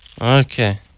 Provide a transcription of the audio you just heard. Okay